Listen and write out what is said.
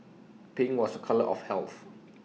pink was A colour of health